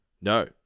No